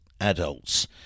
adults